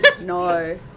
No